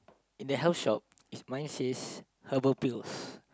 in the health shop it's mine says herbal pills